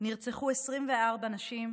נרצחו 24 נשים,